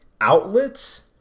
outlets